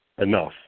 enough